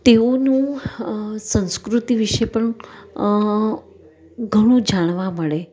તેઓની સંસ્કૃતિ વિષે પણ ઘણું જાણવા મળે